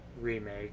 remake